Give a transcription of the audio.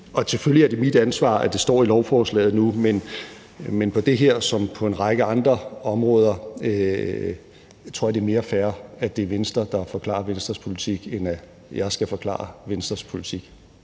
Og selvfølgelig er det mit ansvar, at det står i lovforslaget nu, men på det her som på en række andre områder tror jeg, det er mere fair, at det er Venstre, der forklarer Venstres politik, end at jeg skal forklare Venstres politik